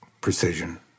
precision